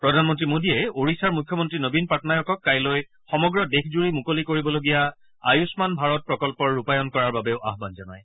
প্ৰধানমন্ত্ৰী মোডীয়ে ওড়িয়াৰ মুখ্যমন্ত্ৰী নবীন পাটনায়কক কাইলৈ সমগ্ৰ দেশজুৰি মুকলি কৰিবলগীয়া আয়ুস্মান ভাৰত প্ৰকল্পৰ ৰূপায়ণ কৰাৰ বাবেও আহান জনায়